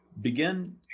begin